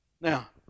Now